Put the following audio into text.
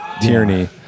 Tierney